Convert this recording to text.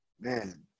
man